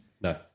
No